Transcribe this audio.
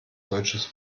deutsches